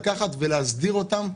לקחת ולהסדיר אותם.